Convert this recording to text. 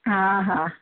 हा हा